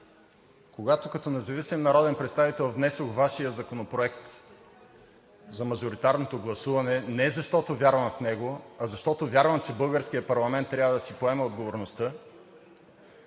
Когато като независим народен представител, внесох Вашия законопроект за мажоритарното гласуване – не защото вярвам в него, а защото вярвам, че българският парламент трябва да си поеме отговорността